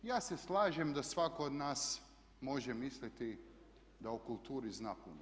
Ja se slažem da svatko od nas može misliti da o kulturi zna puno.